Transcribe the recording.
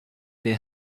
they